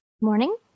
Morning